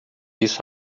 isso